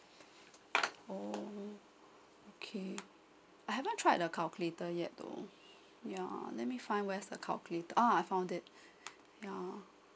oh okay I haven't tried the calculator yet though yeah let me find where's the calculator uh I found it yeah